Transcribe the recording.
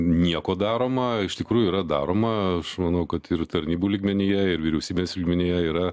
nieko daroma iš tikrųjų yra daroma aš manau kad ir tarnybų lygmenyje ir vyriausybės lygmenyje yra